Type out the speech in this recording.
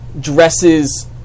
dresses